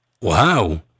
Wow